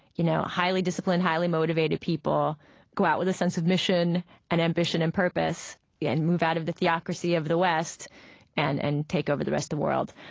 you know, highly disciplined, highly motivated people go out with a sense of mission and ambition and purpose yeah and move out of the theocracy of the west and and take over the rest of the world.